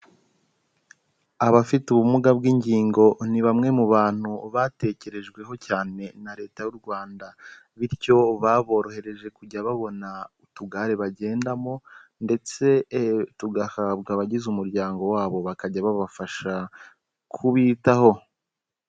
Abafite ubumuga bw'ingingo ni bamwe mu bantu batekerejweho cyane na Leta y'u Rwanda, bityo baborohereje kujya babona utugare bagendamo ndetse tugahabwa abagize umuryango wabo bakajya babafasha kubitaho.